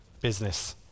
business